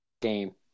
Game